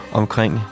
omkring